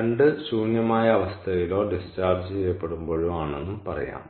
2 ശൂന്യമായ അവസ്ഥയിലോ ഡിസ്ചാർജ് ചെയ്യപ്പെടുമ്പോഴോ ആണെന്ന് പറയാം